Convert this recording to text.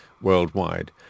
worldwide